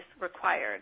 required